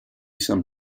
san